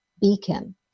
beacon